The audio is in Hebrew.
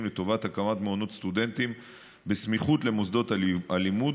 לטובת הקמת מעונות סטודנטים בסמיכות למוסדות הלימוד,